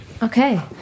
okay